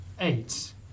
eight